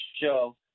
show